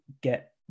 get